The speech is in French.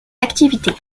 activités